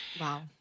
wow